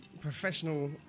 professional